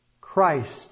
Christ